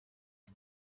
aha